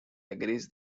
agrees